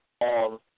on